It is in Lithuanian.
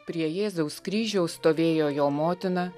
prie jėzaus kryžiaus stovėjo jo motina